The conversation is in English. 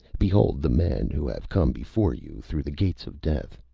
behold the men who have come before you through the gates of death!